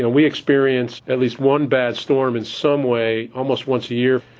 and we experience at least one bad storm in some way almost once a year.